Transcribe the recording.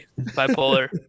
bipolar